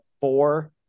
four